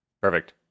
perfect